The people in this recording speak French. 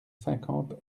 cinquante